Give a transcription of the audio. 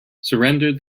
surrendered